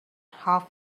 half